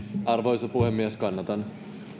arvoisa puhemies kannatan